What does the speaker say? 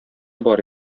бар